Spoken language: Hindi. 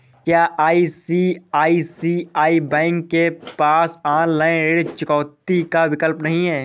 क्या आई.सी.आई.सी.आई बैंक के पास ऑनलाइन ऋण चुकौती का विकल्प नहीं है?